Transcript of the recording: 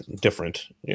different